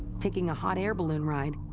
taking a hot air balloon ride,